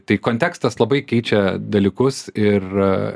tai kontekstas labai keičia dalykus ir